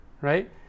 right